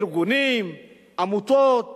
ארגונים, עמותות